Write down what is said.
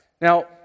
Now